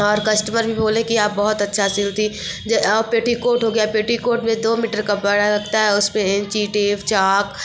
और कस्टमर भी बोले कि आप बहुत अच्छा सिलती जो आप पेटिकोट हो गया पेटिकोट में दो मीटर कपड़ा लगता है उस पे इंची टेप चाक